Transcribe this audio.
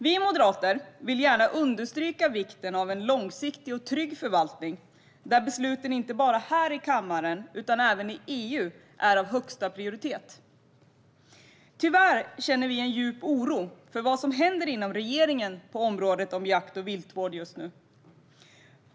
Vi moderater vill gärna understryka vikten av en långsiktig och trygg förvaltning där besluten inte bara här i kammaren utan även i EU är av högsta prioritet. Tyvärr känner vi en djup oro för vad som händer inom regeringen på området jakt och viltvård just nu.